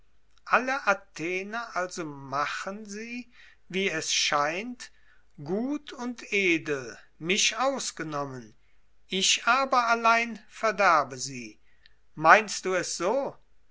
alle athener also machen sie wie es scheint gut und edel mich ausgenommen ich aber allein verderbe sie meinst du es so